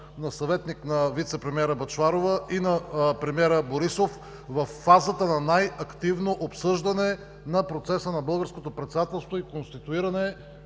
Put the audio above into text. на съветник на вицепремиера Бъчварова и на премиера Борисов във фазата на най-активно обсъждане на процеса на българското председателство и конституиране